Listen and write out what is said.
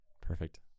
perfect